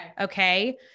Okay